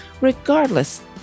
regardless